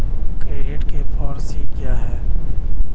Credit के four C क्या हैं?